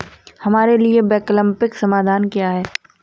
हमारे लिए वैकल्पिक समाधान क्या है?